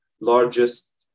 largest